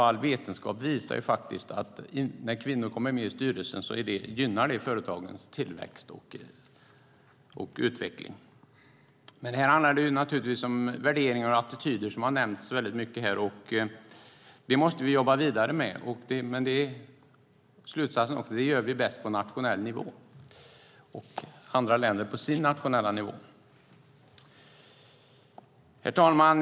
All vetenskap visar faktiskt att när kvinnor kommer med i styrelsen gynnar det företagets tillväxt och utveckling. Men här handlar det naturligtvis om värderingar och attityder, som har nämnts väldigt mycket här. Det måste vi jobba vidare med. Men slutsatsen är att det gör vi bäst på nationell nivå och andra länder på sin nationella nivå. Herr talman!